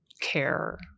care